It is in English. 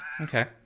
Okay